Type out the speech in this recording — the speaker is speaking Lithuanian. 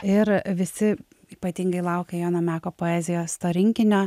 ir visi ypatingai laukia jono meko poezijos to rinkinio